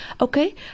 okay